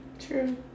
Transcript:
true